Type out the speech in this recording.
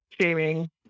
shaming